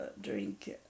drink